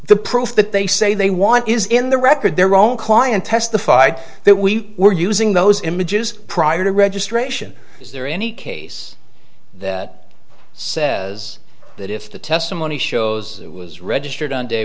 the proof that they say they want is in the record their own client testified that we were using those images prior to registration is there any case that says that if the testimony shows it was registered on day